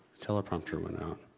teleprompter went out.